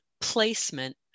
placement